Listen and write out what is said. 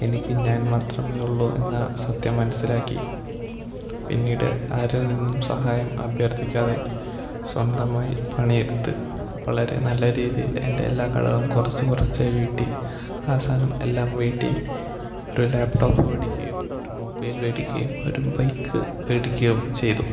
എനിക്ക് ഞാൻ മാത്രമേ ഉള്ളൂ എന്ന സത്യം മനസ്സിലാക്കി പിന്നീട് ആരിൽ നിന്നും സഹായം അഭ്യർത്ഥിക്കാതെ സ്വന്തമായി പണിയെടുത്ത് വളരെ നല്ല രീതിയിൽ എൻ്റെ എല്ലാ കടവും കുറച്ചു കുറച്ചായി വീട്ടി അവസാനം എല്ലാം വീട്ടി ഒരു ലാപ്ടോപ്പ് മേടിക്കുകയും ഒരു മൊബൈൽ മേടിക്കുകയും ഒരു ബൈക്ക് മേടിക്കുകയും ചെയ്തു